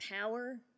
power